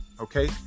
okay